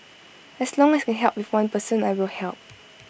as long as I can help one person I will help